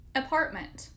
apartment